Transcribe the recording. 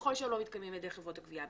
ככל שהם לא מתקיימים על ידי חברות הגבייה.